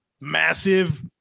massive